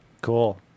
cool